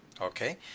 Okay